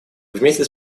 вместе